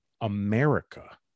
America